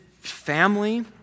family